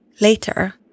Later